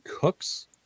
Cooks